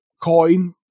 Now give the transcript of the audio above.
coin